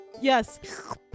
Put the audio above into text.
yes